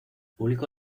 publicó